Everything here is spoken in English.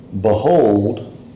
behold